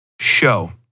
show